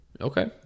Okay